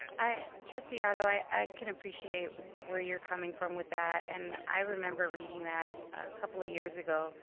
i, um trustee otto, i i can appreciate where you're coming from with that and i remember reading that a couple of years ago.